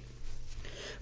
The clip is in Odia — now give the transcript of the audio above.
ଡିଫେନ୍ସି ଇଣ୍ଡଷ୍ଟ୍ରିଆଲ୍